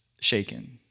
shaken